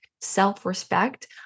self-respect